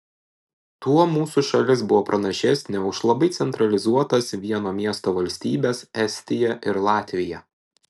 tuo mūsų šalis buvo pranašesnė už labai centralizuotas vieno miesto valstybes estiją ir latviją